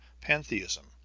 pantheism